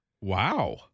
Wow